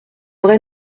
vrai